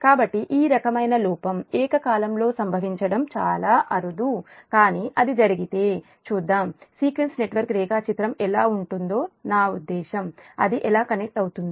కాబట్టి ఈ రకమైన లోపం ఏకకాలంలో సంభవించడం చాలా అరుదు కానీ అది జరిగితే చూద్దాం సీక్వెన్స్ నెట్వర్క్ రేఖాచిత్రం ఎలా ఉంటుందో నా ఉద్దేశ్యం అది ఎలా కనెక్ట్ అవుతుంది